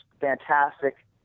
fantastic